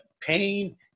pain